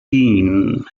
dean